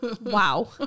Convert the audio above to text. wow